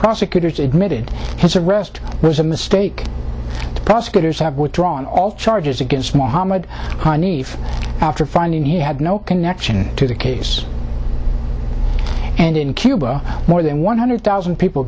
prosecutors admitted his arrest was a mistake prosecutors have withdrawn all charges against mohamed haneef after finding he had no connection to the case and in cuba more than one hundred thousand people